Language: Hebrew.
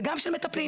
וגם של מטפלים.